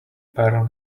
pearl